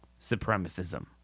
supremacism